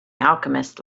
alchemist